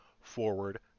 forward